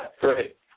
Great